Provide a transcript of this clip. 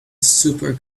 super